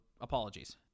apologies